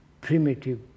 primitive